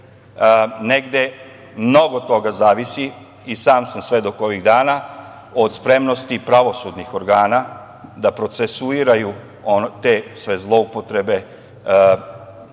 negde mnogo toga zavisi, i sam sam svedok ovih dana, od spremnosti pravosudnih organa da procesuiraju te sve zloupotrebe vezane